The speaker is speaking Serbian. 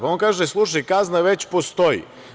On kaže – slušaj, kazne već postoje.